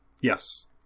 yes